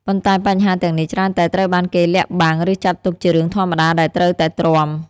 ប៉ុន្តែបញ្ហាទាំងនេះច្រើនតែត្រូវបានគេលាក់បាំង ឬចាត់ទុកជារឿងធម្មតាដែលត្រូវតែទ្រាំ។